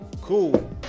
Cool